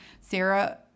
Sarah